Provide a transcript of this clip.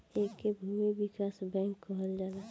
एके भूमि विकास बैंक कहल जाला